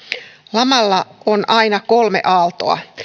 lamalla on aina kolme aaltoa